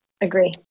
agree